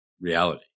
reality